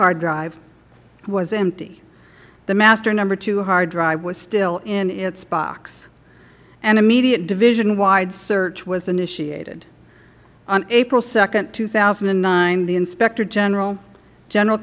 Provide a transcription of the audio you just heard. hard drive was empty the master no two hard drive was still in its box an immediate division wide search was initiated on april two two thousand and nine the inspector general general